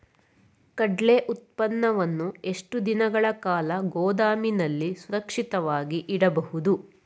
ಕಡ್ಲೆ ಉತ್ಪನ್ನವನ್ನು ಎಷ್ಟು ದಿನಗಳ ಕಾಲ ಗೋದಾಮಿನಲ್ಲಿ ಸುರಕ್ಷಿತವಾಗಿ ಇಡಬಹುದು?